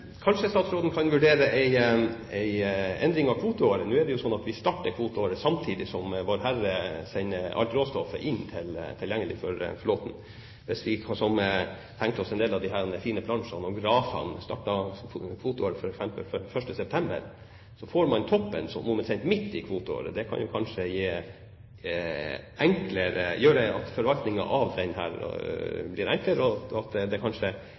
Kanskje statsråden kan vurdere en endring av kvoteåret. Nå er det jo sånn at vi starter kvoteåret samtidig som Vårherre sender alt råstoffet inn, tilgjengelig for flåten. Hvis vi kunne tenke oss at vi på en del av de fine plansjene og grafene startet kvoteåret 1. september, får man toppen omtrent midt i kvoteåret. Det kan kanskje gjøre at forvaltningen av dette blir enklere, og at det